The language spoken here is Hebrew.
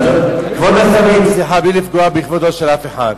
כבוד השרים, סליחה, בלי לפגוע בכבודו של אף אחד,